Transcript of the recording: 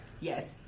yes